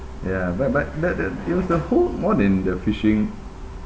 ya but but that that it was the whole more than the fishing